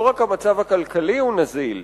לא רק המצב הכלכלי הוא נזיל,